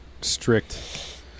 strict